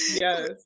yes